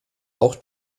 auch